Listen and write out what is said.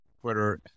Twitter